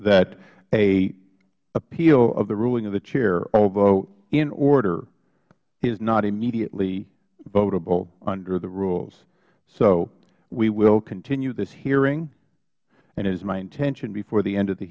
that an appeal of the ruling of the chair although in order is not immediately votable under the rules so we will continue this hearing and it is my intention before the end of the